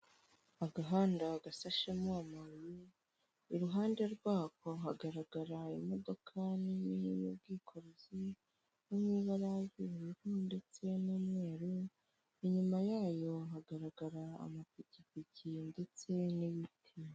Agahanda gasashemo amabuye, iruhande rwako hagaragara imodoka nini y'ubwikorezi, iri mu ibara ry'ubururu ndetse n'umweruru, inyuma yayo hagaragara amapikipiki ndetse n'ibiti.